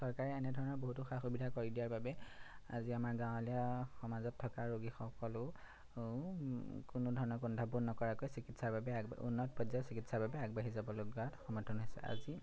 চৰকাৰে এনেধৰণৰ বহুতো সা সুবিধা কৰি দিয়াৰ বাবে আজি আমাৰ গাঁৱলীয়া সমাজত থকা ৰোগীসকলেও কোনো ধৰণৰ কুণ্ঠাবোধ নকৰাকৈ চিকিৎসাৰ বাবে আগবাঢ়ি উন্নত পৰ্যায়ত চিকিৎসাৰ বাবে আগবাঢ়ি যাবলৈ সমৰ্থ হৈছে আজি